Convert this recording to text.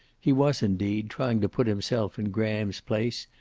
he was, indeed, trying to put himself in graham's place,